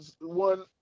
one